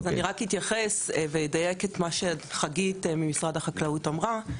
אני רק אתייחס ואדייק את מה שחגית ממשרד החקלאות אמרה.